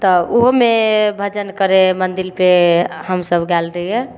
तऽ ओहोमे भजन करै मन्दिरपर हमसभ गेल रहिए